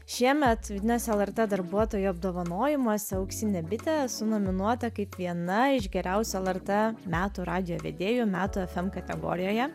šiemet vidines lrt darbuotojo apdovanojimuose auksinė bitė esu nominuota kaip viena iš geriausių lrt metų radijo vedėjų metų fm kategorijoje